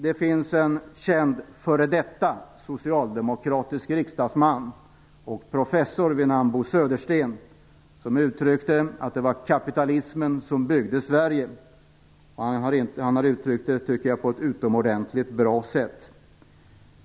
Det finns en känd före detta socialdemokratisk riksdagsman och professor vid namn Bo Södersten som har sagt att det var kapitalismen som byggde Sverige. Jag tycker att han har utryckt detta på ett utomordentligt bra sätt.